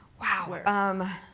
Wow